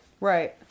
Right